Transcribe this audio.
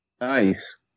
nice